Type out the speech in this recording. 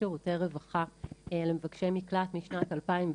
שירותי רווחה למבקשי מקלט משנת 2007,